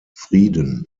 frieden